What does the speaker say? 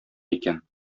икән